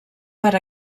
per